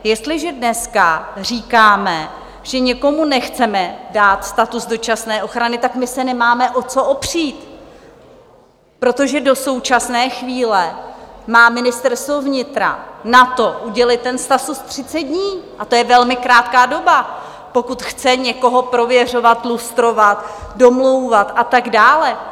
Jestliže dneska říkáme, že někomu nechceme dát status dočasné ochrany, tak my se nemáme o co opřít, protože do současné chvíle má Ministerstvo vnitra na to, udělit ten status, 30 dní a to je velmi krátká doba, pokud chce někoho prověřovat, lustrovat, domlouvat a tak dále.